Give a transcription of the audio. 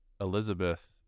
Elizabeth